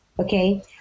Okay